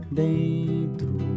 dentro